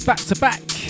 Back-to-back